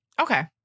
Okay